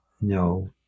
no